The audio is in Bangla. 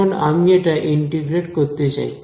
এখন আমি এটা ইন্টিগ্রেট করতে চাই